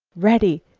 ready!